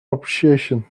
appreciation